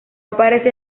aparece